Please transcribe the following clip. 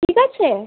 ঠিক আছে